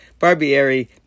Barbieri